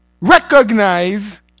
recognize